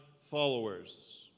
followers